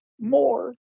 more